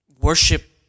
worship